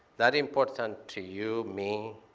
that important to you, me,